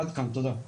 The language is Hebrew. עד כאן, תודה.